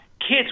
kids